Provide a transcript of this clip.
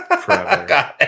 Forever